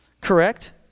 correct